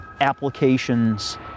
applications